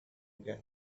again